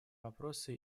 вопросы